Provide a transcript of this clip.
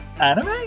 anime